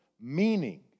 meaning